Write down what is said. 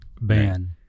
ban